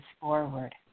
forward